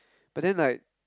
but then like